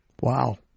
Wow